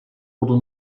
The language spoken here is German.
oder